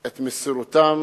את מסירותם